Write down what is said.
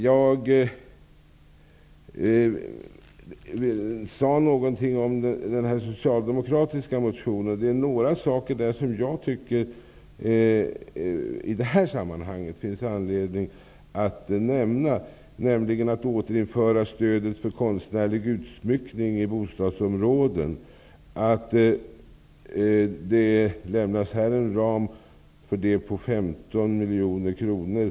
Jag sade något om den socialdemokratiska motionen. Det finns några saker i den som jag tycker att det i det här sammanhanget finns anledning att nämna, bl.a. förslaget att återinföra stödet för konstnärlig utsmyckning i bostadsområden. Motionärerna anger en ram för detta om 15 miljoner kronor.